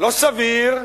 לא סביר,